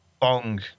Bong